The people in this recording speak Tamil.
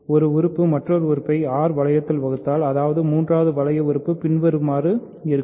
ஒரு உறுப்பு மற்றொரு உறுப்பை R வளையத்தில் வகுத்தால் அதாவது மூன்றாவது வளைய உறுப்பு பின்வருமாறு இருக்கும்